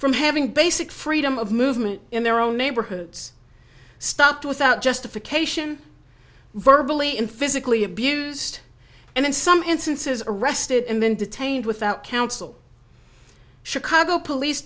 from having basic freedom of movement in their own neighborhoods stopped without justification verbal e in physically abused and in some instances arrested and detained without counsel chicago police